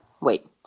wait